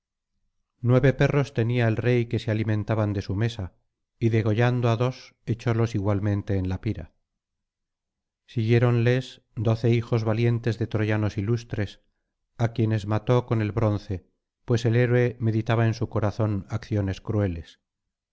nueve perros tenía el rey que se alimentaban de su mesa y degollando á dos echólos igualmente en la pira siguiéronles doce hijos valientes de troyanos ilustres á quienes mató con el bronce pues el héroe meditaba en su corazón acciones crueles